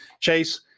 Chase